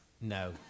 No